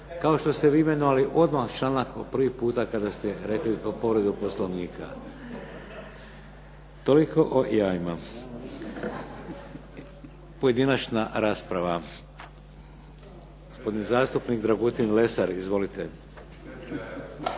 kao što ste vi imenovali odmah članak od prvi puta kada ste rekli povredu Poslovnika. Toliko o jajima. Pojedinačna rasprava. Gospodin zastupnik Dragutin Lesar. Izvolite.